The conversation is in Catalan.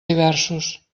diversos